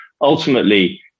ultimately